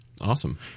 Awesome